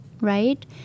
right